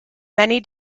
many